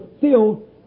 filled